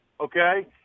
okay